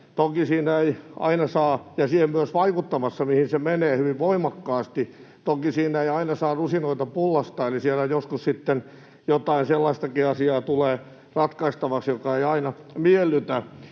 mukana sitä kehittämässä ja myös vaikuttamassa siihen, mihin se menee, hyvin voimakkaasti. Toki siinä ei aina saa rusinoita pullasta, eli siellä joskus sitten jotain sellaistakin asiaa tulee ratkaistavaksi, joka ei aina miellytä.